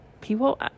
people